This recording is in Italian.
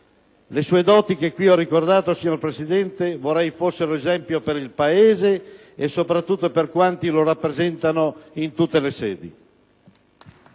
Le sue doti, che qui ho ricordato, Presidente, vorrei fossero esempio per il Paese e soprattutto per quanti lo rappresentano in tutte le sedi.